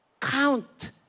Count